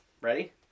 Ready